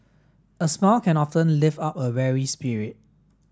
a smile can often lift up a weary spirit